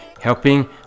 helping